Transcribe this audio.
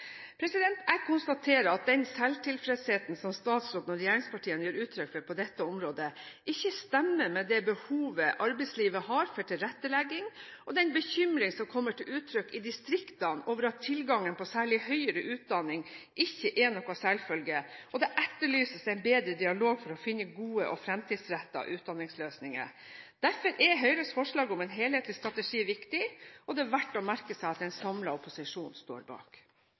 Jeg konstaterer at den selvtilfredsheten som statsråden og regjeringspartiene gir uttrykk for på dette området, ikke stemmer med det behovet arbeidslivet har for tilrettelegging og den bekymring som kommer til uttrykk i distriktene over at tilgangen på særlig høyere utdanning ikke er noen selvfølge. Det etterlyses en bedre dialog for å finne gode og fremtidsrettede utdanningsløsninger. Derfor er Høyres forslag om en helhetlig strategi viktig. Det er verdt å merke seg at en samlet opposisjon står bak.